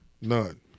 None